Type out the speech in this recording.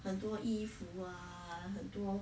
很多衣服 !wah! 很多